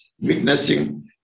witnessing